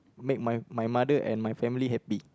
make my my mother and my family happy